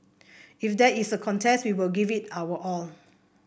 if there is a contest we will give it our all